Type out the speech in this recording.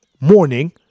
morning